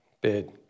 bid